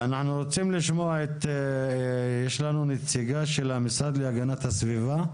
נמצאת נציגה של המשרד להגנת הסביבה,